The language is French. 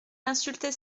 insultait